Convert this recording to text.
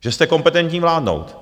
Že jste kompetentní vládnout.